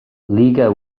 liga